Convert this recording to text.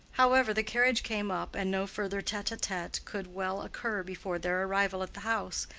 however, the carriage came up, and no further tete-a-tete could well occur before their arrival at the house,